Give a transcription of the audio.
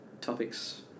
topics